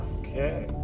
okay